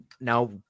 Now